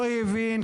לא הבין,